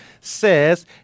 says